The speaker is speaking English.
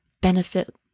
benefit